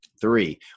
Three